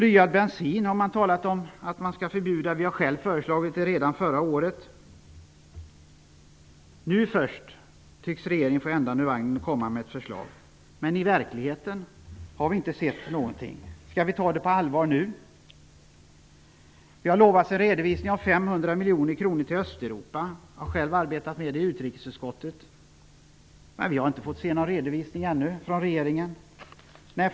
Man har också talat om att man skall förbjuda blyad bensin. Redan förra året föreslog vi detta. Nu först tycks regeringen få ändan ur vagnen och komma med ett förslag. I verkligheten har vi dock inte sett något resultat. Skall vi ta det på allvar denna gång? Det har utlovats en redovisning av 500 miljoner kronor till Östeuropa. Jag har själv arbetat med frågan i utrikesutskottet. Vi har ännu inte sett någon redovisning från regeringens sida.